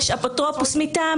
יש "אפוטרופוס מטעם".